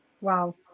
Wow